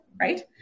right